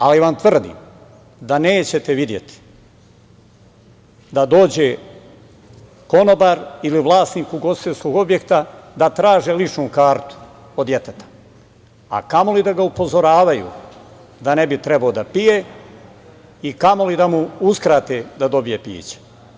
Ali vam tvrdim da nećete videti da dođe konobar ili vlasnik ugostiteljskog objekta da traže ličnu kartu od deteta, a kamoli da ga upozoravaju da ne bi trebalo da pije i kamoli da mu uskrate da dobije piće.